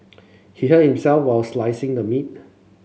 he hurt himself while slicing the meat